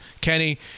Kenny